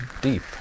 deep